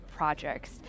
projects